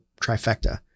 trifecta